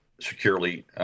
securely